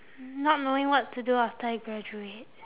not knowing what to do after I graduate